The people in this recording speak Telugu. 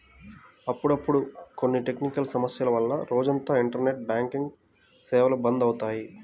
అప్పుడప్పుడు కొన్ని టెక్నికల్ సమస్యల వల్ల రోజంతా ఇంటర్నెట్ బ్యాంకింగ్ సేవలు బంద్ అవుతాయి